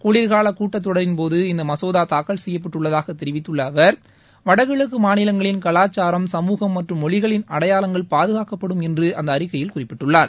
குளிர்கால கூட்டத் தொடரின்போது இந்த மசோதா தாக்கல் செய்யப்பட்டுள்ளதாக தெரிவித்துள்ள அவர் வடகிழக்கு மாநிலங்களின் கலாச்சாரம் சமூகம் மற்றும் மொழிகளின் அடையாளங்கள் பாதுகாக்கப்படும் என்று அந்த அறிக்கையில் குறிப்பிட்டுள்ளார்